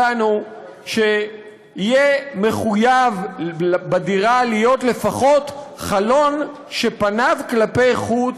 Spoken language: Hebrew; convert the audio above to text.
הצענו שיהיה מחויב שבדירה יהיה לפחות חלון שפניו כלפי חוץ,